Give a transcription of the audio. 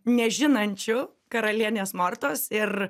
nežinančių karalienės mortos ir